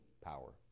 power